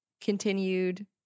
continued